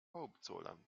hauptzollamt